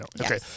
Okay